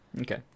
Okay